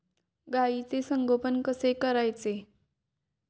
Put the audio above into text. गाईचे संगोपन कसे करायचे?